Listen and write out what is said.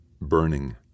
burning